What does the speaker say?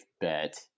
bet